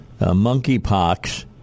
monkeypox